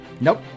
nope